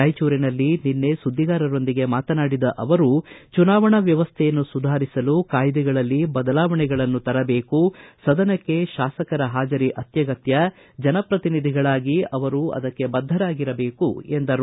ರಾಯಚೂರಿನಲ್ಲಿ ನಿನ್ನೆ ಸುದ್ದಿಗಾರರೊಂದಿಗೆ ಮಾತನಾಡಿದ ಅವರು ಚುನಾವಣಾ ವ್ಯವಸ್ಥೆಯನ್ನು ಸುಧಾರಿಸಲು ಕಾಯಿದೆಗಳಲ್ಲಿ ಬದಲಾವಣೆಗಳನ್ನು ತರಬೇಕು ಸದನಕ್ಕೆ ಶಾಸಕರ ಹಾಜರಿ ಅತ್ಯಗತ್ಯ ಜನಪ್ರತಿನಿಧಿಗಳಾಗಿ ಅವರು ಅದಕ್ಕೆ ಬದ್ದರಾಗಿರಬೇಕು ಎಂದರು